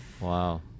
wow